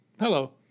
Hello